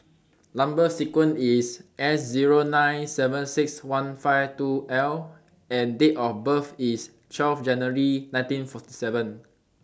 Number sequence IS A Zero nine seven six one five two L and Date of birth IS twelve January nineteen forty seven